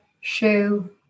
shoe